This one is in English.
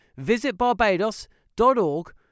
visitbarbados.org